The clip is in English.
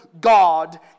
God